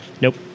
Nope